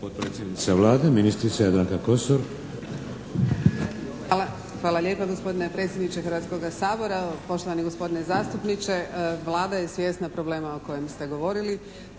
Potpredsjednica Vlade ministrica Jadranka Kosor. **Kosor, Jadranka (HDZ)** Hvala lijepa gospodine predsjedniče Hrvatskoga sabora, poštovani gospodine zastupniče. Vlada je svjesna problema o kojem ste govorili.